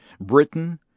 Britain